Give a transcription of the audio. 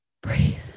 Breathe